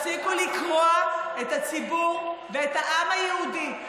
לקרוע את הציבור ואת העם היהודי.